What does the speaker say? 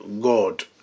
God